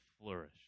flourish